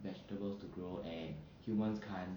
vegetables to grow and humans can't